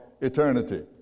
eternity